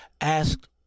Asked